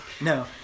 no